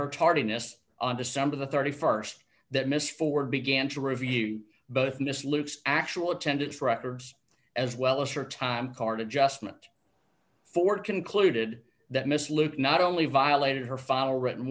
her tardiness on december the st that miss ford began to review both miss luke's actual attendance records as well as her time card adjustment ford concluded that miss luke not only violated her final written